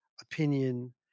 opinion